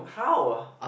how